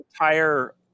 entire